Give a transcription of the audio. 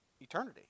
eternity